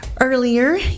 Earlier